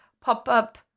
pop-up